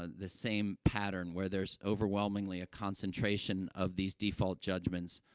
ah the same pattern, where there's, overwhelmingly, a concentration of these default judgments,